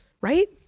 right